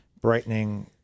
brightening